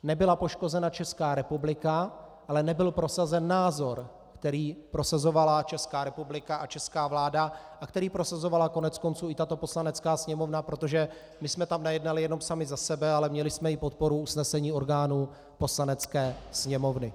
Nebyla poškozena Česká republika, ale nebyl prosazen názor, který prosazovala Česká republika a česká vláda a který prosazovala koneckonců i tato Poslanecká sněmovna, protože my jsme tam nejednali jenom sami za sebe, ale měli jsme i podporu v usnesení orgánů Poslanecké sněmovny.